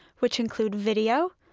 which include video,